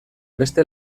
beste